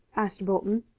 asked bolton.